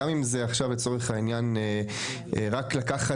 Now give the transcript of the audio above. גם אם זה עכשיו לצורך העניין רק לקחת